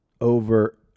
over